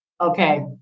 okay